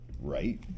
Right